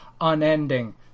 unending